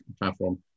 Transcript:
platform